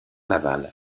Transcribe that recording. laval